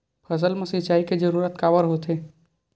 फसल मा सिंचाई के जरूरत काबर होथे?